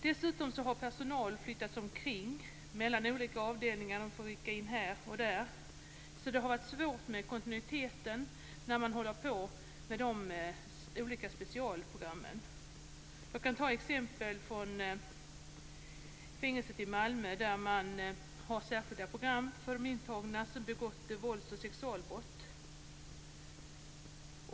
Dessutom har personalen flyttats omkring mellan olika avdelningar. De får rycka in här och där. Därför har det varit svårt med kontinuiteten när man håller på med de olika specialprogrammen. Jag kan ta upp ett exempel från fängelset i Malmö. Där finns särskilda program för de intagna som har begått vålds och sexualbrott.